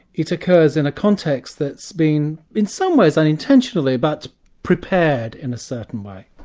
it occurs in a context that's been in some ways unintentionally, but prepared in a certain way.